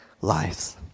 lives